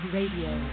Radio